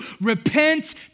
Repent